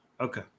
Okay